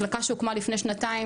מחלקה שהוקמה לפני שנתיים,